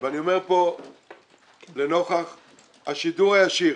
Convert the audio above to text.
ואני אומר פה לנוכח השידור הישיר: